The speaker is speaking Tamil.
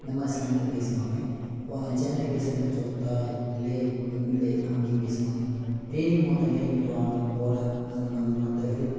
இந்த மாதிரி ஸ்லாங்கில் பேசுவாங்க ஓ சென்னை பேசுனீங்கன்னா ஜோர்த்தாயே ஏலே எம்புல்லே அப்படினு பேசுவாங்க தேனி மாவட்டங்களில் இங்கிட்டு வாலே போலே அந்த மாதிரி வார்த்தைகள்